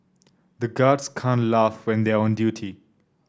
the guards can't laugh when they are on duty